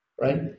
right